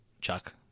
Chuck